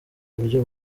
buryo